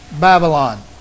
Babylon